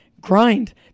Grind